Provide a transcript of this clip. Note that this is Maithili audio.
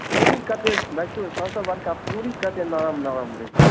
पूरी कतेक देखिऔ सबसे बड़का पूरी कतेक लरम लरम रहै